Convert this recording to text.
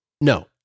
No